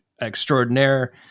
extraordinaire